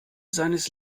seines